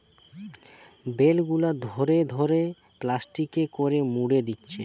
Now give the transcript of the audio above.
bell গুলা ধরে ধরে প্লাস্টিকে করে মুড়ে দিচ্ছে